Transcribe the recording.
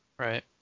Right